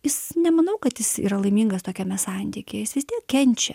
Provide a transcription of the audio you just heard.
jis nemanau kad jis yra laimingas tokiame santykyje jis vis tiek kenčia